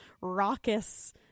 raucous